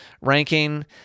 ranking